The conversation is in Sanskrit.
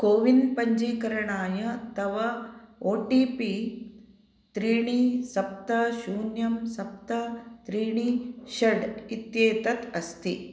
कोविड् पञ्चीकरणाय तव ओटिपि त्रीणि सप्त शून्यं सप्त त्रीणि षट् इत्येतत् अस्ति